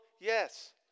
Yes